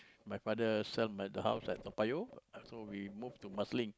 my father sell my the house at Toa Payoh so we move to Marsiling